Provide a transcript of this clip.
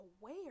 aware